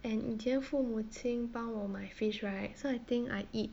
and 以前父母亲帮我买 fish right so I think I eat